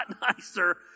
nicer